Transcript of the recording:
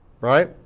Right